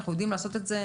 לעשות את זה,